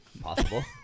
Possible